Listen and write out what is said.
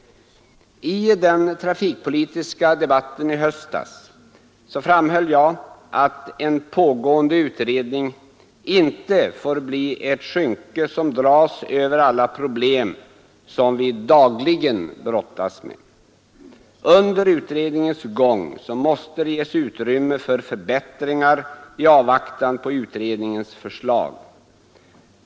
I den trafikpolitiska debatten i höstas framhöll jag, att en pågående utredning inte får bli ett skynke som dras över alla problem som vi dagligen brottas med. Under utredningens gång måste det ges utrymme för förbättringar i avvaktan på utredningens förslag.